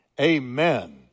Amen